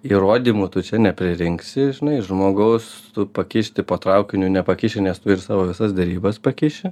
įrodymų tu čia nepririnksi žinai žmogaus tu pakišti po traukiniu nepakiši nes tu ir savo visas derybas pakiši